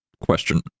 question